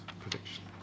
prediction